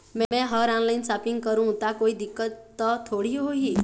मैं हर online shopping करू ता कोई दिक्कत त थोड़ी होही?